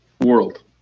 world